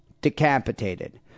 decapitated